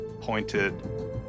pointed